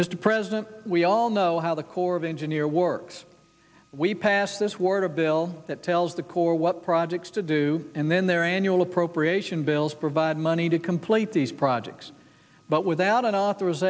mr president we all know how the corps of engineer works we pass this word a bill that tells the corps what projects to do and then their annual appropriation bills provide money to complete these projects but without a